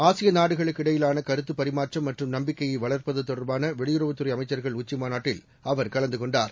ஆசிய நாடுகளுக்கு இடையிலான கருத்துப் பரிமாற்றம் மற்றும் நம்பிக்கையை வளர்ப்பது தொடர்பான வெளியுறவுத்துறை அமைச்சர்கள் உச்சிமாநாட்டில் அவர் கலந்து கொண்டார்